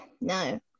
no